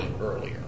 earlier